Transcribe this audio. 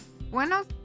buenos